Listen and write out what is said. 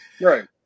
Right